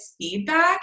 feedback